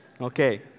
Okay